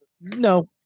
no